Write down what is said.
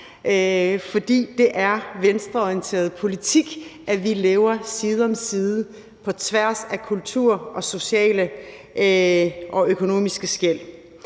fordi det er venstreorienteret politik, at vi lever side om side på tværs af kultur og sociale og økonomiske skel.